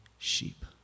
Sheep